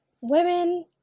women